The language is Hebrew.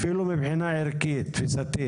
גם בעמק הירדן יש אתר מטמנה כזה של פסולת מעורבת.